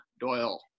Doyle